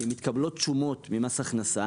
כי מתקבלות שומות ממס הכנסה,